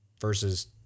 versus